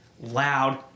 loud